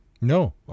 No